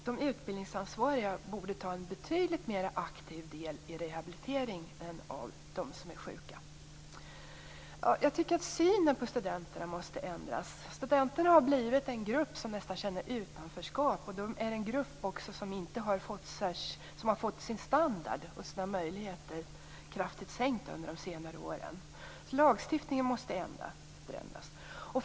De utbildningsansvariga borde ta en betydligt mer aktiv del i rehabiliteringen av de som är sjuka. Synen på studenterna måste ändras. De har blivit en grupp som nästan känner utanförskap. Det är också en grupp som har fått sin standard sänkt och sina möjligheter kraftigt minskade under de senare åren. Lagstiftningen måste förändras.